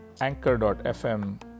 anchor.fm